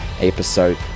episode